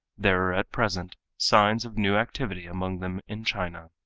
there are at present signs of new activity among them in china.